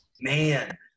man